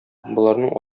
боларның